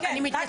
לא אני מתנצלת,